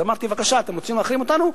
אז אמרתי: בבקשה, אתם רוצים להחרים אותנו?